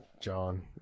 John